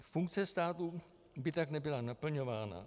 Funkce státu by tak nebyla naplňována.